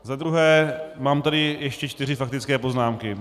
Za druhé, mám tady ještě čtyři faktické poznámky.